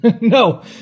No